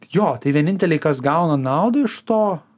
jo tai vienintėliai kas gauna naudą iš to